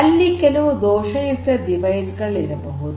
ಅಲ್ಲಿ ಕೆಲವು ದೋಷಯುಕ್ತ ಸಾಧನಗಳಿರಬಹುದು